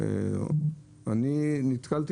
אני נתקלתי